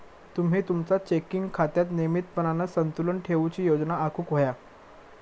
तुम्ही तुमचा चेकिंग खात्यात नियमितपणान संतुलन ठेवूची योजना आखुक व्हया